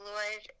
Lord